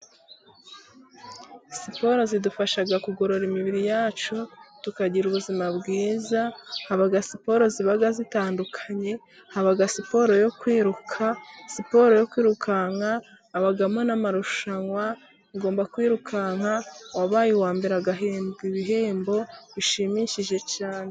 Siporo zidufasha kugorora imibiri yacu tukagira ubuzima bwiza, haba siporo ziba zitandukanye haba siporo yo kwiruka, siporo yo kwirukanka habamo n'amarushanwa ugomba kwirukanka, uwabaye uwa mbere agahembwa ibihembo bishimishije cyane.